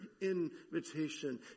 invitation